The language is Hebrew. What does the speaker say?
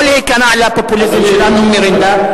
לא להיכנע לפופוליזם של אמנון מרנדה,